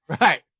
Right